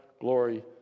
glory